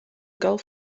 golf